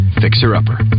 fixer-upper